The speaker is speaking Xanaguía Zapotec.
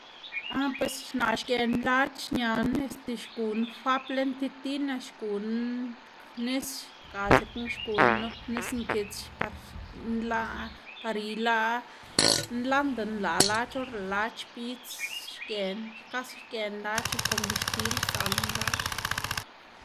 Ah pues naꞌ xgëná lac̲h̲ ñaná este xguná fap lën ti tina, xguna nis, ga dzekna xguná nup nis nkits par nlaꞌ, par ilaꞌ, nlanda nlaꞌ lac̲h̲ or lëꞌ lac̲h̲ xbidz xgëná xkasa xgëná lac̲h̲ y kon bixtil sdzalná lac̲h̲.